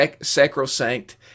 sacrosanct